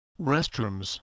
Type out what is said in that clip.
restrooms